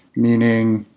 meaning,